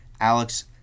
Alex